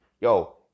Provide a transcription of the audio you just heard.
yo